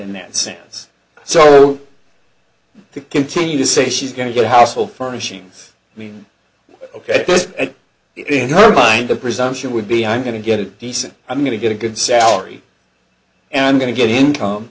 in that sense so continue to say she's going to get household furnishings i mean ok it in your mind the presumption would be i'm going to get a decent i'm going to get a good salary and going to get income